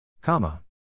Comma